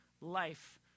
life